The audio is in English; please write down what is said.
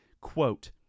quote